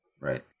Right